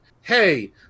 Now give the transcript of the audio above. hey